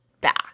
back